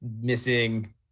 Missing